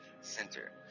center